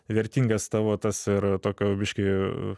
vertingas tavo tas ir tokio biškį